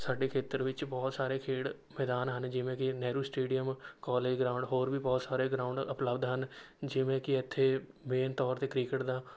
ਸਾਡੇ ਖੇਤਰ ਵਿੱਚ ਬਹੁਤ ਸਾਰੇ ਖੇਡ ਮੈਦਾਨ ਹਨ ਜਿਵੇਂ ਕਿ ਨਹਿਰੂ ਸਟੇਡੀਅਮ ਕੋਲੇਜ ਗਰਾਊਂਡ ਹੋਰ ਵੀ ਬਹੁਤ ਸਾਰੇ ਗਰਾਊਂਡ ਉਪਲਬਧ ਹਨ ਜਿਵੇਂ ਕਿ ਇੱਥੇ ਮੇਨ ਤੌਰ 'ਤੇ ਕ੍ਰਿਕਟ ਦਾ